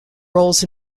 roles